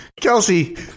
Kelsey